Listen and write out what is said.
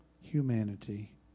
humanity